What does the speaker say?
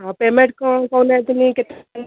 ହଁ ପ୍ୟାମେଣ୍ଟ କ'ଣ କହୁନାହାନ୍ତି